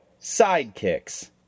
Sidekicks